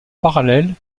parallèle